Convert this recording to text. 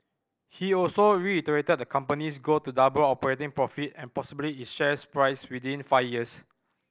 he also reiterated the company's goal to double operating profit and possibly its share price within five years